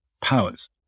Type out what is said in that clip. powers